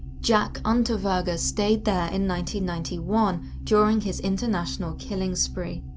jack unterweger stayed there in ninety ninety one during his international killing spree.